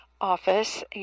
office